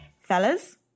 Fellas